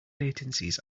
latencies